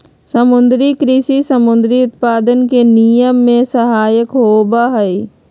समुद्री कृषि समुद्री उत्पादन के निर्यात में सहायक होबा हई